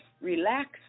relax